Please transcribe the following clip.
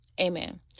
Amen